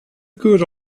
good